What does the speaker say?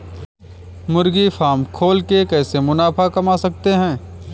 मुर्गी फार्म खोल के कैसे मुनाफा कमा सकते हैं?